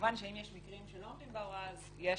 כמובן שאם יש מקרים שלא עומדים בהוראה הזאת,